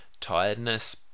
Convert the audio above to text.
tiredness